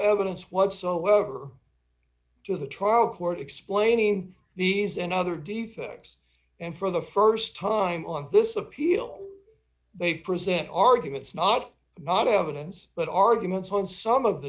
evidence whatsoever to the trial court explaining these and other defects and for the st time on this appeal they present arguments not not evidence but arguments on some of the